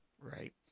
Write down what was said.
Right